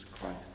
Christ